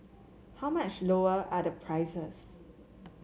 how much lower are the prices